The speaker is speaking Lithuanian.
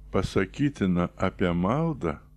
pasakytina apie maldą